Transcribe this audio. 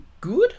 Good